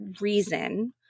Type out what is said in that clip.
reason